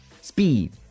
speed